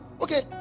Okay